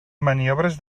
maniobres